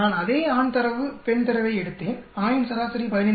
நான் அதே ஆண் தரவு பெண் தரவை எடுத்தேன் ஆணின் சராசரி 15